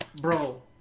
Bro